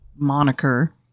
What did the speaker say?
moniker